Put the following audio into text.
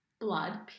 blood